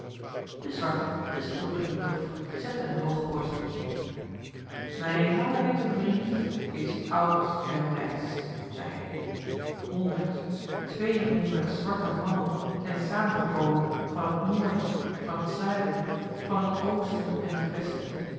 de zwarte gestreeld door dien lof zette eene hooge borst mijn lange witte vriend is oud en wijs zei hij honderd tweehonderd zwarte mannen zijn samen gekomen van het noorden van het zuiden van het oosten en het westen